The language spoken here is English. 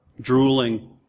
drooling